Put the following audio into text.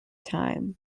time